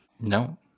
No